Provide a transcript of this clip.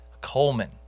Coleman